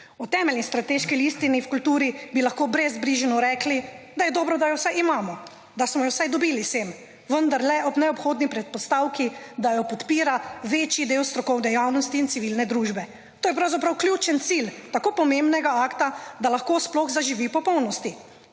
O temeljni strateški listini v kulturi bi lahko brez brižno rekli, da je dobro, da jo vsaj imamo, da smo jo vsaj dobili sem, vendarle ob neobhodni predpostavki, da jo podpira večji del strokovne javnosti in civilne družbe. To je pravzaprav ključen cilj tako pomembnega akta, da lahko sploh zaživi v popolnosti.